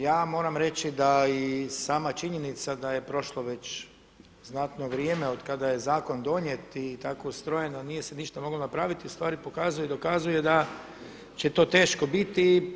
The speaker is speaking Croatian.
Ja moram reći da i sama činjenica da je prošlo već znatno vrijeme od kada je zakon donijet i tako ustrojen nije se ništa moglo napraviti ustvari pokazuje i dokazuje da će to teško biti.